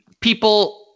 People